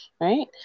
right